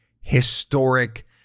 historic